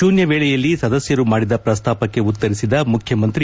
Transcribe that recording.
ಶೂನ್ತವೇಳೆಯಲ್ಲಿ ಸದಸ್ಕರು ಮಾಡಿದ ಪ್ರಸ್ತಾಪಕ್ಕೆ ಉತ್ತರಿಸಿದ ಮುಖ್ಯಮಂತ್ರಿ